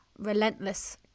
relentless